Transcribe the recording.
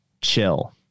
chill